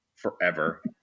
forever